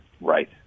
Right